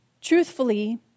Truthfully